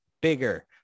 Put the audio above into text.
bigger